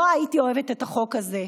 לא הייתי אוהבת את החוק הזה.